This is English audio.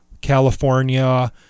California